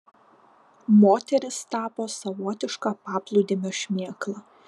moteris tapo savotiška paplūdimio šmėkla